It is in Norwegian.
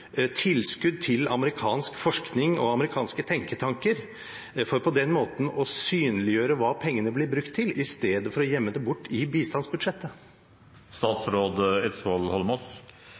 på den måten å synliggjøre hva pengene blir brukt til, i stedet for å gjemme det bort i